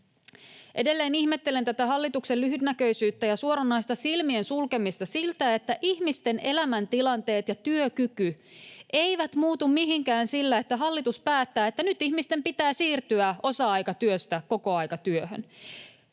Edelleen ihmettelen tätä hallituksen lyhytnäköisyyttä ja suoranaista silmien sulkemista siltä, että ihmisten elämäntilanteet ja työkyky eivät muutu mihinkään sillä, että hallitus päättää, että nyt ihmisten pitää siirtyä osa-aikatyöstä kokoaikatyöhön.